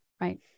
Right